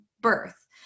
birth